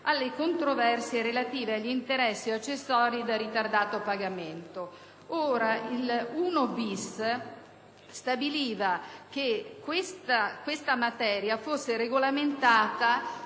alle controversie relative agli interessi o accessori da ritardato pagamento. Il comma 1-bis stabiliva che la materia fosse trat